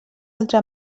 altre